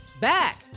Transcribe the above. back